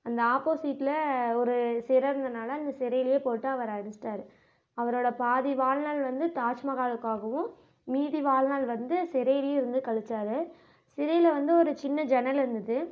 அந்த ஆப்போசிட்டில் ஒரு சிற இருந்தனால அந்த சிறைலையே போட்டு அவரை அடைச்சிட்டாரு அவரோட பாதி வாழ்நாள் வந்து தாஜ்மஹாலுக்காகவும் மீதி வாழ்நாள் வந்து சிறைலையும் இருந்து கழிச்சார் சிறையில வந்து ஒரு சின்ன ஜன்னல் இருந்துது